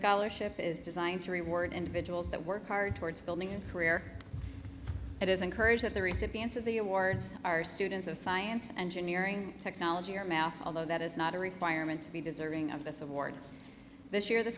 scholarship is designed to reward individuals that work hard towards building and career it is encouraged at the recipients of the awards are students of science engineering technology or math although that is not a requirement to be deserving of this award this year th